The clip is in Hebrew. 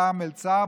פעם מלצר,